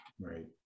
Right